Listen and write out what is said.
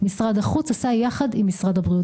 משרד החוץ עשה יחד עם משרד הבריאות.